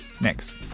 next